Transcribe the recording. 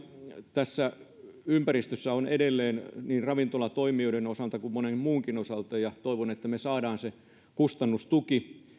tässä ympäristössä on edelleen niin ravintolatoimijoiden osalta kuin monen muunkin osalta ja toivon että me saamme sen kustannustuen